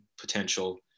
potential